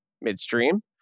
midstream